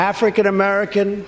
African-American